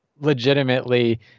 legitimately